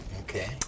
Okay